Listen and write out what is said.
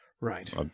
Right